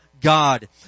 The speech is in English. God